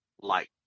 light